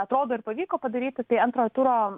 atrodo ir pavyko padaryti tai antrojo turo